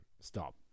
Stop